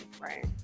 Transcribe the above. Right